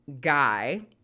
guy